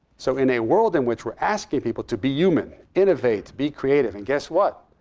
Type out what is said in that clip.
so in a world in which we're asking people to be human, innovate, be creative, and guess what?